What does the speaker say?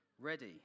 ready